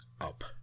Up